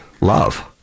Love